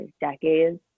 decades